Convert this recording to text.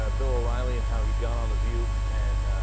ah bill o'reilly and how he got all of you and